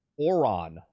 Oron